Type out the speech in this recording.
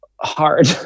hard